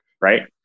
Right